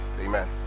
Amen